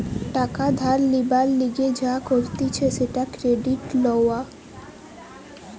টাকা ধার লিবার লিগে যা করতিছে সেটা ক্রেডিট লওয়া